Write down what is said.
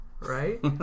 right